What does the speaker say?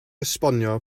esbonio